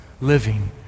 living